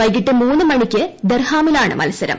വൈകിട്ട് മൂന്ന് മണിക്ക് ദർഹാമിലാണ് മൽസരം